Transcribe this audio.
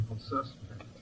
suspect